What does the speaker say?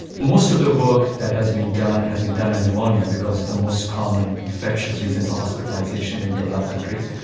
most of the work that has been done has been done on pneumonia because it's the most common infectious reason for hospitalisation in developed countries,